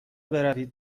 بروید